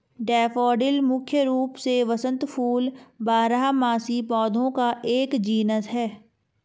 daffodil मुख्य रूप से वसंत फूल बारहमासी पौधों का एक जीनस है